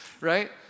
right